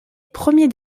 premier